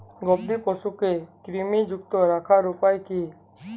গবাদি পশুকে কৃমিমুক্ত রাখার উপায় কী?